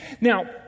Now